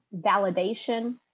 validation